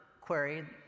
query